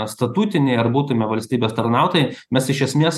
statutiniai ar būtume valstybės tarnautojai mes iš esmės